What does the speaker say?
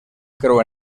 creu